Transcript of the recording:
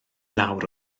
lawr